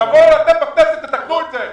תבואו אתם בכנסת ותתקנו את זה.